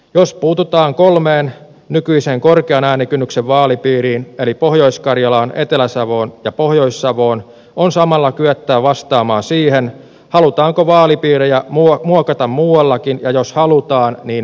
jos puututaan kolmeen nykyiseen korkean äänikynnyksen vaalipiiriin eli pohjois karjalaan etelä savoon ja pohjois savoon on samalla kyettävä vastaamaan siihen halutaanko vaalipiirejä muokata muuallakin ja jos halutaan niin miten